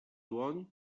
dłoń